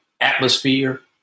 atmosphere